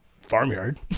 farmyard